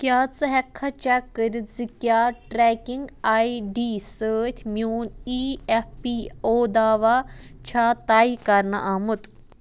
کیٛاہ ژٕ ہٮ۪کٕکھا چیک کٔرتھ زِ کیٛاہ ٹرٛیکِنٛگ آئی ڈی سۭتۍ میٛون اِی ایف پی او دعوا چھا طے کَرنہٕ آمُت